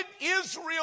Israel